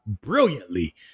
brilliantly